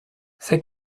c’est